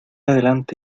adelante